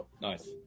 Nice